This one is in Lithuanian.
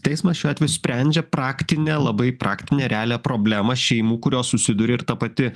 teismas šiuo atveju sprendžia praktinę labai praktinę realią problemą šeimų kurios susiduria ir ta pati